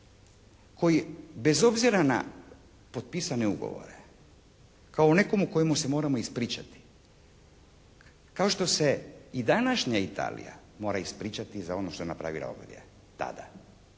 koji bez obzira na potpisane ugovore, kao o nekomu kojemu se moramo ispričati, kao što se i današnja Italija mora ispričati za ono što je napravila ovdje tada.